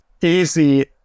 easy